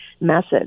message